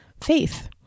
faith